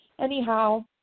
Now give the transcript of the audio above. Anyhow